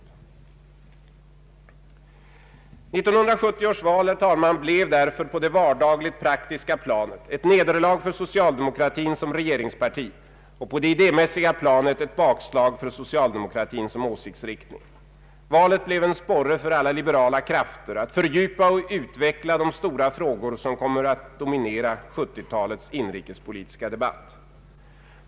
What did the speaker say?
1970 års val, herr talman, blev på det vardagligt-praktiska planet ett nederlag för socialdemokratin som regeringsparti och på det idémässiga planet ett bakslag för socialdemokratin som åsiktsriktning. Valet blev en sporre för alla liberala krafter att fördjupa och utveckla de stora frågor som kommer att dominera 1970-talets inrikespolitiska debatt.